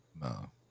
No